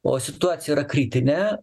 o situacija kritinė